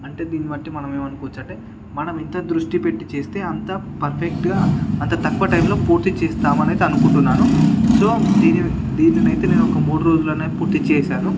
అంటే దీని బట్టి మనం ఏమనుకోవచ్చునంటే మనం ఇంత దృష్టి పెట్టి చేస్తే అంత పర్ఫెక్ట్గా అంత తక్కువ టైంలో పూర్తి చేస్తాం అని అయితే అనుకుంటున్నాను సో దీనినైతే ఒక మూడు రోజుల్లో నైతే పూర్తి చేసాను